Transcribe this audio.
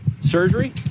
surgery